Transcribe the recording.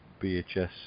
BHS